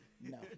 no